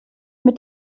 mit